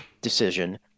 decision